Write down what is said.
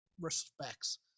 respects